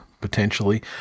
Potentially